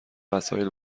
وسایل